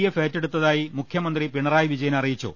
F ഏറ്റെടുത്തായി മുഖ്യമന്ത്രി പിണറായി വിജയൻ അറി യിച്ചു